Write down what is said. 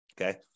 Okay